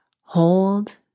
hold